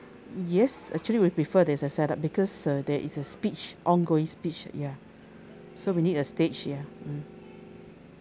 yes actually we prefer there's a set up because uh there is a speech ongoing speech ya so we need a stage ya mm